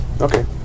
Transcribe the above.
Okay